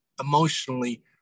emotionally